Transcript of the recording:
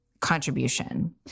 contribution